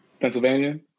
Pennsylvania